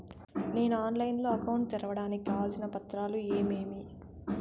నేను ఆన్లైన్ లో అకౌంట్ తెరవడానికి కావాల్సిన పత్రాలు ఏమేమి?